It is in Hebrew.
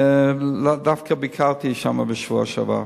דווקא ביקרתי שם בשבוע שעבר.